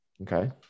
Okay